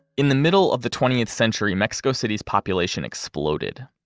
in the middle of the twentieth century, mexico city's population exploded,